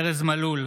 ארז מלול,